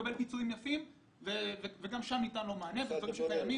יפים וגם שם ניתן לו מענה מדברים שקיימים